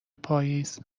پاییزی